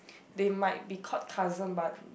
they might be called cousin but